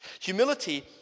Humility